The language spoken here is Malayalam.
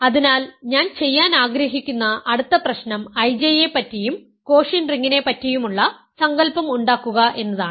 അതിനാൽ ഞാൻ ചെയ്യാൻ ആഗ്രഹിക്കുന്ന അടുത്ത പ്രശ്നം IJ യെപ്പറ്റിയും കോഷ്യന്റ് റിങ്ങിനെ പറ്റിയുമുള്ള സങ്കല്പം ഉണ്ടാക്കുക എന്നതാണ്